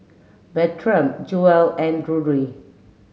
Bertram Jewell and Drury